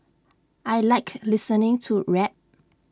I Like listening to rap